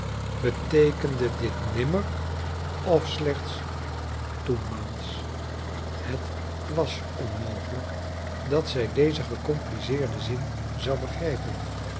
beteekende dit nimmer of slechts toenmaals het was onmogelijk dat zij dezen gecompliceerden zin zou begrijpen